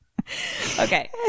okay